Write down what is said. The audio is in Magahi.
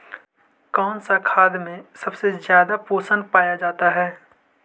कौन सा खाद मे सबसे ज्यादा पोषण पाया जाता है?